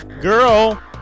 girl